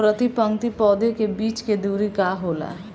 प्रति पंक्ति पौधे के बीच के दुरी का होला?